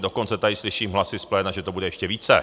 Dokonce tady slyším hlasy z pléna , že to bude ještě více.